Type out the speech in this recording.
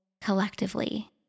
collectively